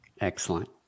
Excellent